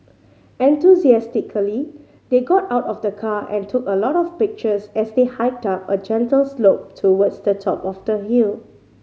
enthusiastically they got out of the car and took a lot of pictures as they hiked up a gentle slope towards the top of the hill